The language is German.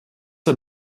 der